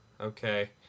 okay